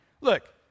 Look